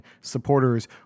supporters